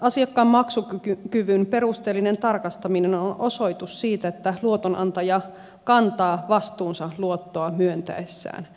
asiakkaan maksukyvyn perusteellinen tarkastaminen on osoitus siitä että luotonantaja kantaa vastuunsa luottoa myöntäessään